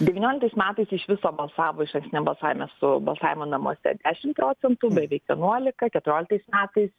devynioliktais metais iš viso balsavo išankstiniam balsavime su balsavimu namuose dešim procentų beveik vienuolika keturioliktais metais